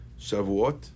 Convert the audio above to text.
shavuot